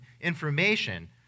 information